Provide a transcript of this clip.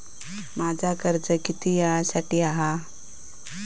माझा कर्ज किती वेळासाठी हा?